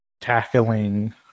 tackling